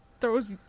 Throws